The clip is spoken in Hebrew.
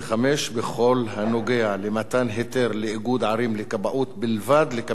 בכל הנוגע למתן היתר לאיגוד ערים לכבאות בלבד לקבל אשראי.